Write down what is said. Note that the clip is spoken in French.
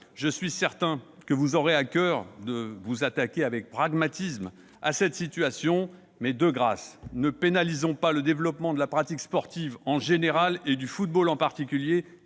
je suis certain que vous aurez à coeur de vous attaquer avec pragmatisme à une telle situation. Mais, de grâce, ne pénalisons pas le développement de la pratique sportive en général et du football en particulier,